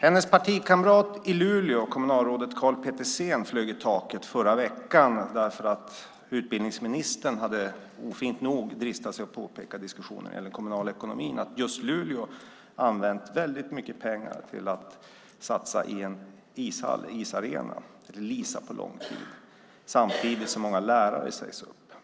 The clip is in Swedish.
Hennes partikamrat i Luleå, kommunalrådet Karl Petersen, flög i taket i förra veckan därför att utbildningsministern ofint nog hade dristat sig till att påpeka i diskussionen om den kommunala ekonomin att just Luleå har använt väldigt mycket pengar till att satsa på en isarena som man leasar på lång tid samtidigt som många lärare sägs upp.